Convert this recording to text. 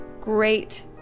great